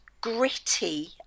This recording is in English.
gritty